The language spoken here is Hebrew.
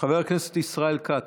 חבר הכנסת ישראל כץ.